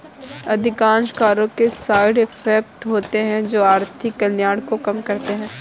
अधिकांश करों के साइड इफेक्ट होते हैं जो आर्थिक कल्याण को कम करते हैं